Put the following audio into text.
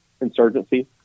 insurgency